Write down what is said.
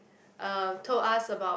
uh told us about